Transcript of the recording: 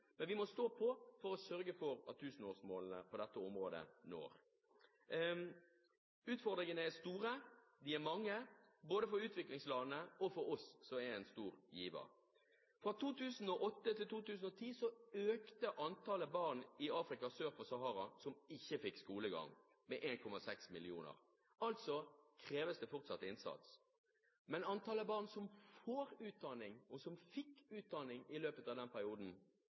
men vi må stå på for å sørge for at tusenårsmålene på dette området blir nådd. Utfordringene er store og de er mange, både for utviklingslandene og for oss som er en stor giver. Fra 2008 til 2010 økte antallet barn i Afrika sør for Sahara som ikke fikk skolegang, med 1,6 millioner – altså kreves det fortsatt innsats. Men når det gjelder antallet barn som får utdanning – og som fikk utdanning i løpet av den perioden